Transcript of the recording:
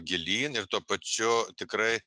gilyn ir tuo pačiu tikrai